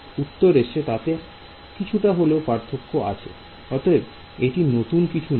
অতএব এটি নতুন কিছু নয়